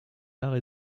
arts